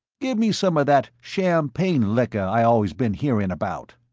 give me some of that champagne liquor i always been hearing about.